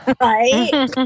Right